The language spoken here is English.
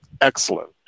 excellent